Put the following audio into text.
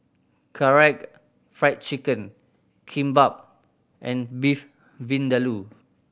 Karaage Fried Chicken Kimbap and Beef Vindaloo